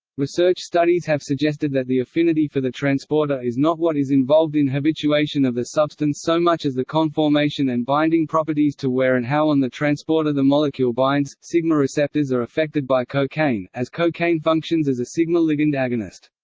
research studies have suggested that the affinity for the transporter is not what is involved in habituation of the substance so much as the conformation and binding properties to where and how on the transporter the molecule binds sigma receptors are affected by cocaine, as cocaine functions as a sigma ligand agonist.